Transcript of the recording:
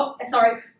Sorry